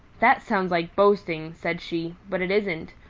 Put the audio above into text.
that sounds like boasting, said she, but it isn't.